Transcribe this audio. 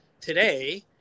today